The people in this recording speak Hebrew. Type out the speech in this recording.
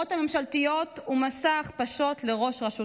הממשלתיות ומסע הכפשות של ראש רשות החברות,